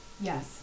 Yes